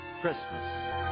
Christmas